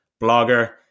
blogger